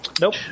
Nope